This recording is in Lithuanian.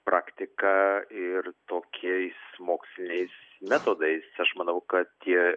praktika ir tokiais moksliniais metodais aš manau kad tie